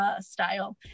style